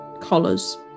collars